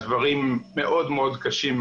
דברים מאוד מאוד קשים,